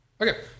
Okay